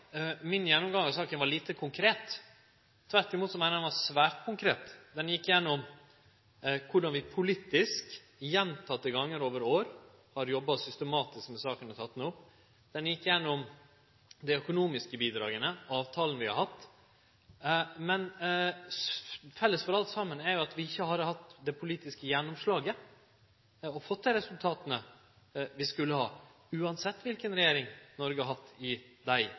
min gjennomgang av saka var lite konkret, tvert imot meiner eg at han var svært konkret. Eg gjekk gjennom korleis vi politisk mange gonger over år har jobba systematisk med saka og teke ho opp. Eg gjekk gjennom dei økonomiske bidraga og avtalen vi har hatt. Men felles for alt saman er at vi ikkje har hatt det politiske gjennomslaget og fått dei resultata vi skulle ha hatt, same kva slags regjering Noreg har hatt i dei